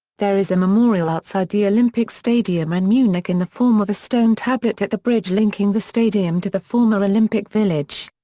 there is a memorial outside the olympic stadium in and munich in the form of a stone tablet at the bridge linking the stadium to the former olympic village.